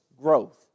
growth